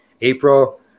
April